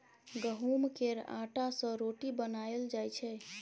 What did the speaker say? गहुँम केर आँटा सँ रोटी बनाएल जाइ छै